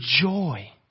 joy